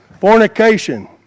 fornication